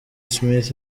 smith